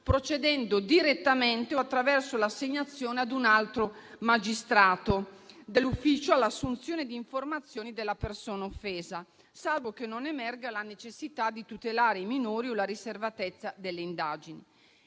procedendo direttamente, o attraverso l'assegnazione ad un altro magistrato dell'ufficio, all'assunzione di informazioni dalla persona offesa, salvo che non emerga la necessità di tutelare i minori o la riservatezza delle indagini.